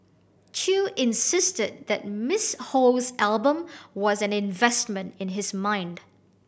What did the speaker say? Chew insisted that Miss Ho's album was an investment in his mind